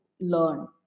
learn